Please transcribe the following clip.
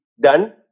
done